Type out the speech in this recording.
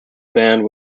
band